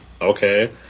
Okay